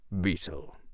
beetle